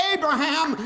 Abraham